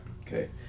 Okay